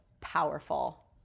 powerful